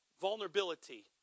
vulnerability